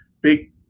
big